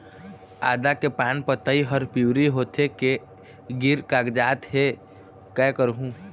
आदा के पान पतई हर पिवरी होथे के गिर कागजात हे, कै करहूं?